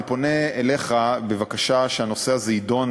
אני פונה אליך בבקשה שהנושא הזה יידון,